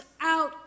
out